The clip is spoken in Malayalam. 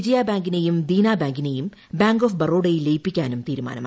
വിജയ ബാങ്കിനേയും ദീനാ ബാങ്കിനേയും ബാങ്ക് ഓഫ് ബറോഡയിൽ ലയിപ്പിക്കാനും തീരുമാനമായി